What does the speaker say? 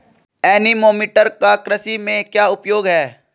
Anemometer का कृषि में क्या उपयोग है?